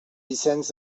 vicenç